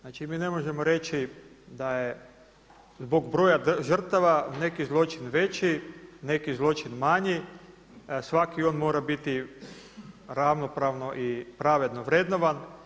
Znači mi ne možemo reći da je zbog broja žrtava neki zločin veći, neki zločin manji, svaki on mora biti ravnopravno i pravedno vrednovan.